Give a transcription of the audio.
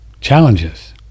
challenges